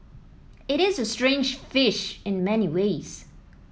it is a strange fish in many ways